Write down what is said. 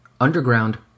Underground